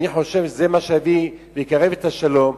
אני חושב שזה מה שיקרב את השלום.